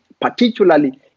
particularly